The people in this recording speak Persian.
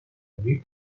آدمی